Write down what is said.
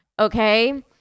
okay